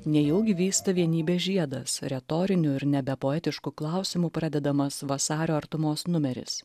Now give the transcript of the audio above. nejaugi vysta vienybės žiedas retoriniu ir nebepoetišku klausimu pradedamas vasario artumos numeris